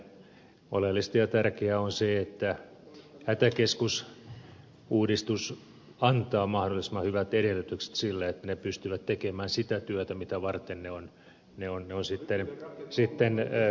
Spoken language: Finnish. oleellista ja tärkeää on se että hätäkeskusuudistus antaa mahdollisimman hyvät edellytykset sille että ne pystyvät tekemään sitä työtä mitä varten ne on perustettu